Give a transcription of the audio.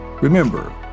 Remember